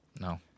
No